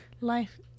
Life